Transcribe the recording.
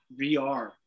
VR